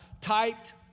typed